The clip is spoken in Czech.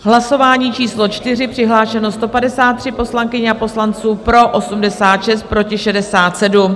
Hlasování číslo 4, přihlášeny 153 poslankyně a poslanci, pro 86, proti 67.